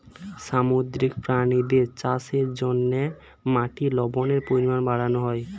সামুদ্রিক প্রাণীদের চাষের জন্যে মাটির লবণের পরিমাণ বাড়ানো হয়